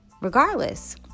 regardless